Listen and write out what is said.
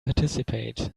participate